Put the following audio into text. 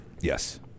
Yes